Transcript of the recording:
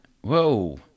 Whoa